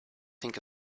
think